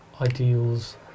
ideals